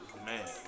Man